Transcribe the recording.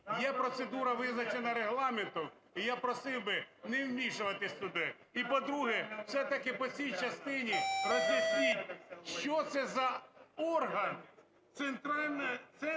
Є процедура, визначена Регламентом, і я просив би не вмішуватися туди. І, по-друге, все-таки по цій частині роз'ясніть, що це за орган – центр